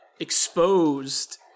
Exposed